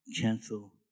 cancel